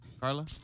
Carla